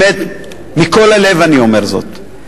באמת, מכל הלב אני אומר זאת.